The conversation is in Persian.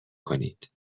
کنید